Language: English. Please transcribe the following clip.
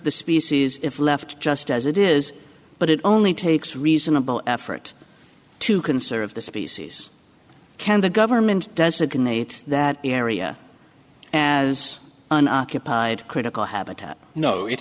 the species if left just as it is but it only takes reasonable effort to conserve the species can the government does a grenade that area as an occupied critical habitat